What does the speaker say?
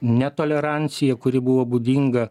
netoleranciją kuri buvo būdinga